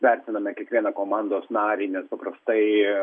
vertiname kiekvieną komandos narį nes paprastai